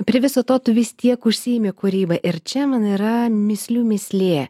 prie viso to tu vis tiek užsiimi kūryba ir čia man yra mįslių mįslė